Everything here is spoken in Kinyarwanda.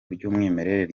ry’umwimerere